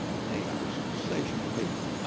they are sensational people.